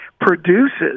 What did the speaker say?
produces